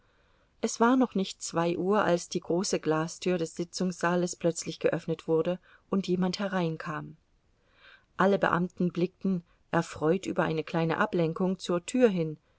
es war noch nicht zwei uhr als die große glastür des sitzungssaales plötzlich geöffnet wurde und jemand hereinkam alle beamten blickten erfreut über eine kleine ablenkung zur tür hin